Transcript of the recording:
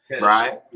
right